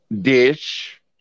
Dish